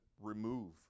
remove